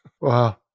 Wow